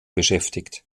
beschäftigt